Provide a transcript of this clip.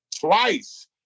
twice